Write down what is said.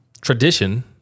tradition